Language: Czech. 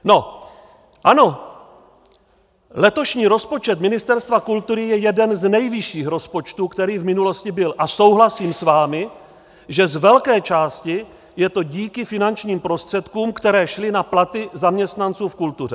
No ano, letošní rozpočet Ministerstva kultury je jeden z nejvyšších rozpočtů, který v minulosti byl, a souhlasím s vámi, že z velké části je to díky finančním prostředkům, které šly na platy zaměstnanců v kultuře.